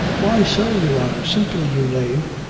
why so, your honor? simply, you knave,